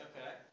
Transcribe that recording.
Okay